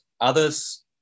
others